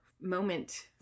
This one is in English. moment